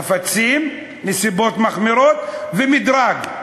חפצים, נסיבות מחמירות ומדרג.